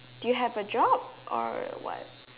do you have a job or what